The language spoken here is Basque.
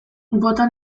bota